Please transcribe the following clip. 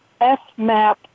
FMAP